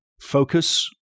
Focus